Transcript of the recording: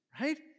right